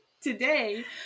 today